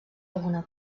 alguna